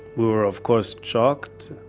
we were of course shocked.